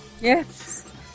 Yes